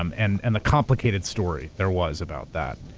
um and and the complicated story there was about that.